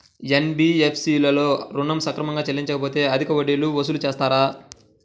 NBFC లలో ఋణం సక్రమంగా చెల్లించలేకపోతె అధిక వడ్డీలు వసూలు చేస్తారా?